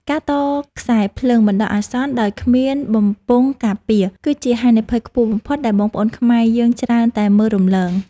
ការតខ្សែភ្លើងបណ្តោះអាសន្នដោយគ្មានបំពង់ការពារ គឺជាហានិភ័យខ្ពស់បំផុតដែលបងប្អូនខ្មែរយើងច្រើនតែមើលរំលង។